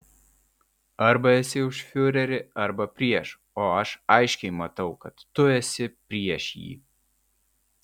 arba esi už fiurerį arba prieš o aš aiškiai matau kad tu esi prieš jį